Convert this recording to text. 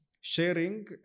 sharing